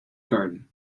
garden